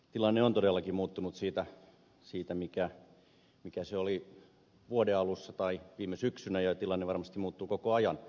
tilanne on todellakin muuttunut siitä mikä se oli vuoden alussa tai viime syksynä ja tilanne varmasti muuttuu koko ajan